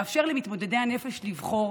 ולאפשר למתמודדי הנפש לבחור.